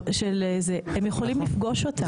הם יכולים לפגוש אותו.